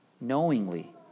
knowingly